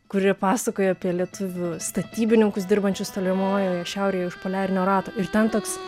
kuri pasakoja apie lietuvių statybininkus dirbančius tolimojoje šiaurėje už poliarinio rato ir ten toks